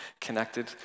connected